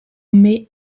met